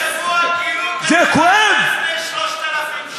רק השבוע גילו, מלפני 3,000 שנה.